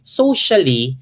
socially